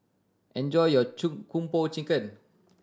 enjoy your chun Kung Po Chicken